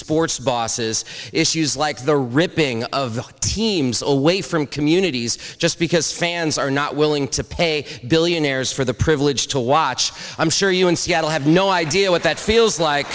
sports bosses issues like the ripping of the teams away from communities just because fans are not willing to pay billionaires for the privilege to watch i'm sure you in seattle have no idea what that feels like